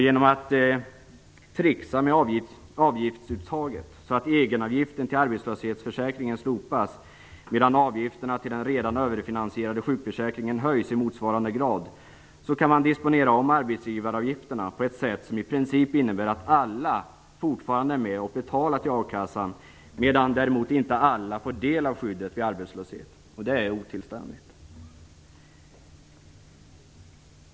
Genom att trixa med avgiftsuttaget så att egenavgiften till arbetslöshetsförsäkringen slopas, medan avgifterna till den redan överfinansierade sjukförsäkringen i motsvarande grad höjs, kan man disponera om arbetsgivaravgifterna på ett sätt som i princip innebär att alla fortfarande är med och betalar till a-kassan. Däremot får inte alla del av skyddet vid arbetslöshet. Detta är otillständigt!